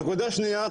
נקודה שנייה,